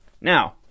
Now